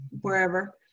wherever